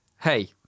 hey